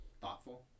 thoughtful